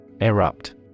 Erupt